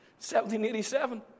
1787